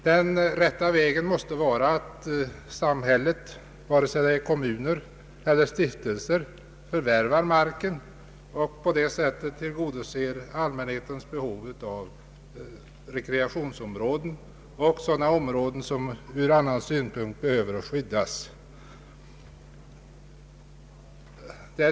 Den rätta vägen måste vara att samhället, vare sig det är en kommun eller en stiftelse, förvärvar marken och på det sättet tillgodoser allmänhetens behov av rekreationsområden och sådana områden som ur annan synpunkt bör skyddas.